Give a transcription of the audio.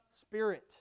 Spirit